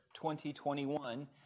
2021